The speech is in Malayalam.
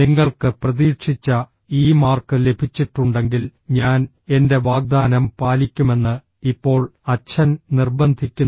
നിങ്ങൾക്ക് പ്രതീക്ഷിച്ച ഈ മാർക്ക് ലഭിച്ചിട്ടുണ്ടെങ്കിൽ ഞാൻ എന്റെ വാഗ്ദാനം പാലിക്കുമെന്ന് ഇപ്പോൾ അച്ഛൻ നിർബന്ധിക്കുന്നു